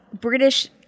British